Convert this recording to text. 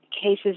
cases